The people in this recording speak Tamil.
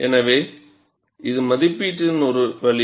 எனவே இது மதிப்பீட்டின் ஒரு வழி